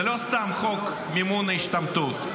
זה לא סתם "חוק מימון ההשתמטות".